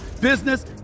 business